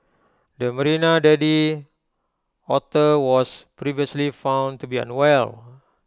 the marina daddy otter was previously found to be unwell